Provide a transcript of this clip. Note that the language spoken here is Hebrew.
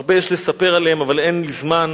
הרבה יש לספר עליהם, אבל אין לי זמן.